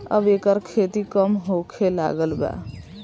अब एकर खेती कम होखे लागल बा